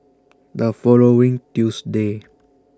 The following Tuesday